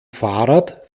fahrrad